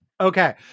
Okay